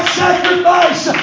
sacrifice